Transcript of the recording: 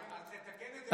אז תתקן את זה בעברית.